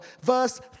verse